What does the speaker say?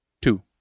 Two